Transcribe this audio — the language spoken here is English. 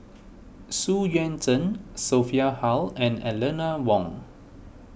Xu Yuan Zhen Sophia Hull and Eleanor Wong